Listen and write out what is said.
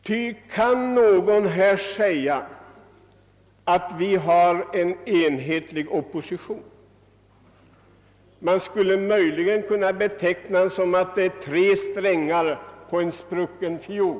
Ty kan någon här hävda att vi har en enhetlig opposition? Man skulle möjligen kunna beteckna de borgerliga partierna som tre strängar på en sprucken fiol.